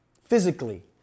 physically